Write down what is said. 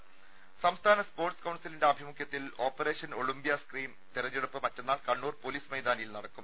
ദേഴ സംസ്ഥാന സ്പോർട്സ് കൌൺസിലിന്റെ ആഭിമുഖ്യത്തിൽ ഓപ്പറേഷൻ ഒളിമ്പ്യ സ്കീം തെരഞ്ഞെടുപ്പ് മറ്റെന്നാൾ കണ്ണൂർ പോലീസ് മൈതാനിയിൽ നടക്കും